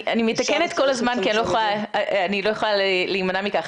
אני מתקנת כל הזמן כי אני לא יכולה להימנע מכך.